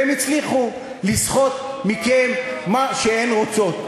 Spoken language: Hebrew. והן הצליחו לסחוט מכם מה שהן רוצות.